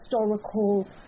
historical